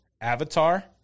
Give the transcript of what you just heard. Avatar